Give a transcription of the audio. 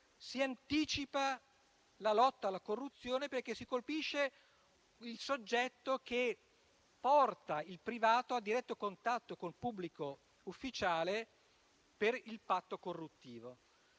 si anticipa la lotta alla corruzione, perché si colpisce il soggetto che porta il privato a diretto contatto col pubblico ufficiale per il patto corruttivo.